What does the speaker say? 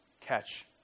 catch